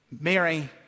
Mary